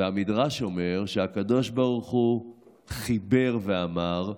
והמדרש אומר שהקדוש ברוך הוא חיבר ואמר: